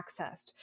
accessed